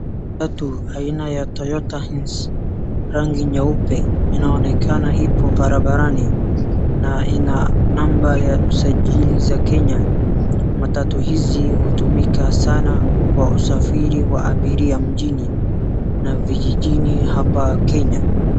Matatu aina ya Toyota Hearse rangi nyeupe inaonekana ipo barabarani ina namba ya kusajili za Kenya. Matatu hizi hutumika sana kwa usafiri wa abiria mjini na vijijini hapa Kenya.